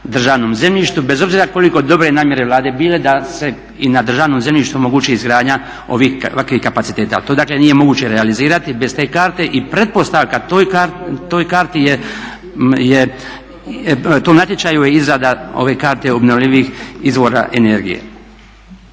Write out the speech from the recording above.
državnom zemljištu bez obzira koliko dobro namjere Vlade bile da se i na državnom zemljištu omogući izgradnja ovih kapaciteta. To dakle nije moguće realizirati bez te karte i pretpostavka to natječaju je izrada ove karte obnovljivih izvora energije.